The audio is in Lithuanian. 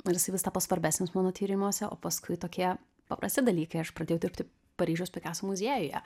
nu ir jis vis tapo svarbesnis mano tyrimuose o paskui tokie paprasti dalykai aš pradėjau dirbti paryžiaus pikaso muziejuje